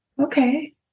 Okay